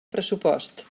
pressupost